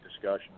discussion